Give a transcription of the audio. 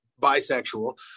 bisexual